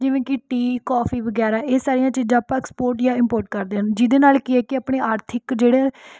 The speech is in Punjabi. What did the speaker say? ਜਿਵੇਂ ਕਿ ਟੀ ਕੌਫੀ ਵਗੈਰਾ ਇਹ ਸਾਰੀਆਂ ਚੀਜ਼ਾਂ ਆਪਾਂ ਐਂਕਸਪੋਟ ਜਾਂ ਇੰਮਪੋਟ ਕਰਦੇ ਹਨ ਜਿਹਦੇ ਨਾਲ ਕੀ ਹੈ ਕਿ ਆਪਣੇ ਆਰਥਿਕ ਜਿਹੜੇ